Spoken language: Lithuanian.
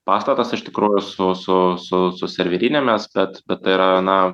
pastatas iš tikrųjų su su su su serverinėmis bet bet tai yra na